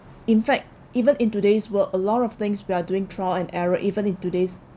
in fact even in today's world a lot of things we are doing trial and error even in today's